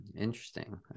interesting